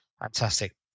Fantastic